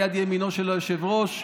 יד ימינו של היושב-ראש,